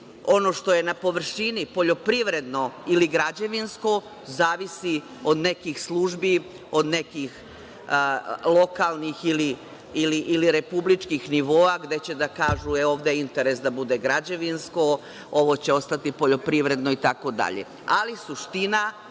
ono što je na površini, poljoprivredno ili građevinsko zavisi od nekih službi, od nekih lokalnih ili republičkih nivoa, gde će da kažu – ovde je interes da bude građevinsko, ovo će ostati poljoprivredno itd,